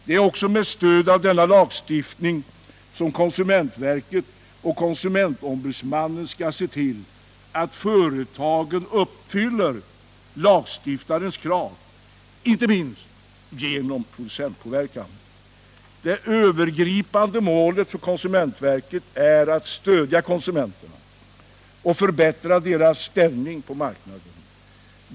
Det är också med stöd av denna lagstiftning som konsumentverket och konsumentombudsmannen skall se till att företagen uppfyller lagstiftarens krav, inte minst genom producentpåverkan. Det övergripande målet för konsumentverket är ”att stödja konsumenterna och förbättra deras ställning på marknaden”.